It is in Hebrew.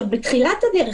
בתחילת הדרך,